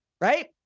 right